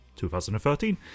2013